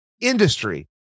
industry